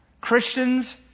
Christians